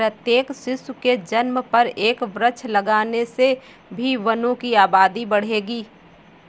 प्रत्येक शिशु के जन्म पर एक वृक्ष लगाने से भी वनों की आबादी बढ़ेगी